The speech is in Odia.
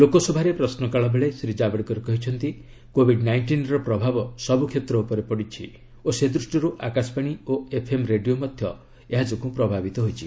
ଲୋକସଭାରେ ପ୍ରଶ୍ନକାଳ ବେଳେ ଶ୍ରୀ ଜାବଡେକର କହିଛନ୍ତି କୋବିଡ୍ ନାଇଷ୍ଟିନ୍ର ପ୍ରଭାବ ସବୁ କ୍ଷେତ୍ର ଉପରେ ପଡ଼ିଛି ଓ ସେ ଦୃଷ୍ଟିରୁ ଆକାଶବାଣୀ ଓ ଏଫ୍ଏମ୍ ରେଡିଓ ମଧ୍ୟ ଏହା ଯୋଗୁଁ ପ୍ରଭାବିତ ହୋଇଛି